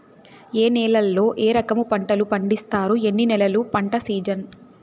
ఏ నేలల్లో ఏ రకము పంటలు పండిస్తారు, ఎన్ని నెలలు పంట సిజన్?